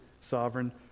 sovereign